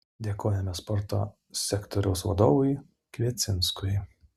dėkojame sporto sektoriaus vadovui kviecinskui